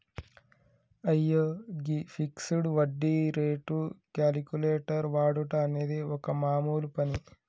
అయ్యో గీ ఫిక్సడ్ వడ్డీ రేటు క్యాలిక్యులేటర్ వాడుట అనేది ఒక మామూలు పని